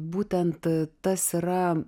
būtent tas yra